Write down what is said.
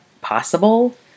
possible